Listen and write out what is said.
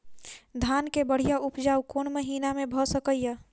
धान केँ बढ़िया उपजाउ कोण महीना मे भऽ सकैय?